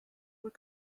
were